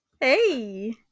Hey